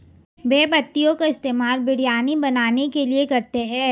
बे पत्तियों का इस्तेमाल बिरयानी बनाने के लिए करते हैं